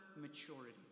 maturity